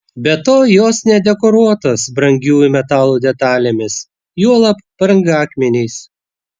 be to jos nedekoruotos brangiųjų metalų detalėmis juolab brangakmeniais